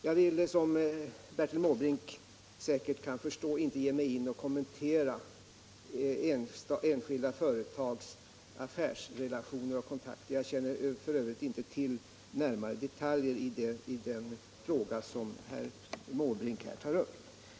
Jag vill, som Bertil Måbrink säkert kan förstå, inte ge mig in på att kommentera enskilda företags affärsrelationer och kontakter; jag känner f.ö. inte till närmare detaljer i den fråga som Bertil Måbrink här tar upp.